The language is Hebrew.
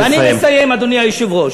אני מסיים, אדוני היושב-ראש.